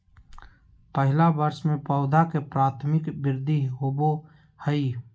पहला वर्ष में पौधा के प्राथमिक वृद्धि होबो हइ